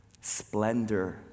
splendor